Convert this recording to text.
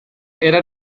era